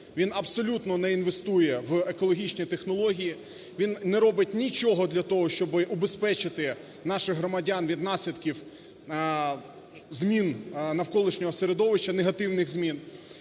він абсолютно не інвестує в екологічні технології, він не робить нічого для того, щоби убезпечити наших громадян від наслідків змін навколишнього середовища, негативних змін.